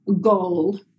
goal